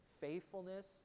Faithfulness